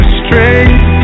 strength